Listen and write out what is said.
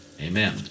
Amen